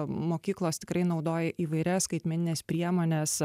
mokyklos tikrai naudoja įvairias skaitmenines priemones